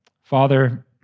Father